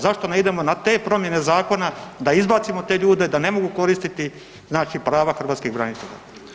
Zašto ne idemo na te promjene zakona da izbacimo te ljude da ne mogu koristiti znači prava hrvatskih branitelja?